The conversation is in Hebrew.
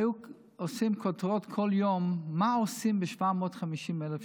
היו עושים כותרות כל יום: מה עושים ב-750,000 שקל,